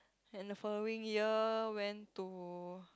and the following year went to